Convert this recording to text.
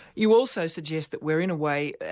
you also suggest that we're in a way.